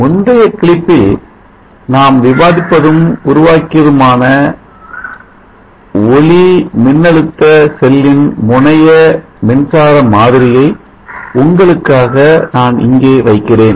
முந்தைய கிளிப்பில் நாம் விவாதிப்பதும் உருவாக்கியதுமான ஒளிமின்னழுத்த செல்லின் முனைய மின்சார மாதிரியை உங்களுக்காக நான் இங்கே வைக்கிறேன்